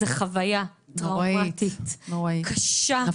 זאת חוויה טראומטית, קשה.